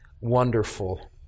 wonderful